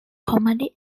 comedy